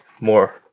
more